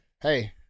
Hey